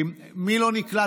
מי לא נקלט?